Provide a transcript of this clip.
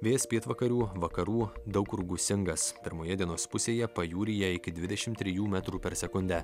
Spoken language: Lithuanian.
vėjas pietvakarių vakarų daug kur gūsingas pirmoje dienos pusėje pajūryje iki dvidešimt trijų metrų per sekundę